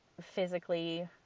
physically